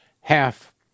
Half